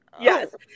Yes